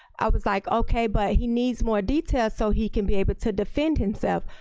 i was like, okay, but he needs more details so he can be able to defend himself.